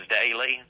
daily